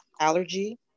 Allergy